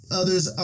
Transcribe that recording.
others